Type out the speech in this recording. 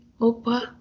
Opa